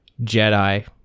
Jedi